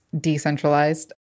decentralized